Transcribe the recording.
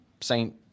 Saint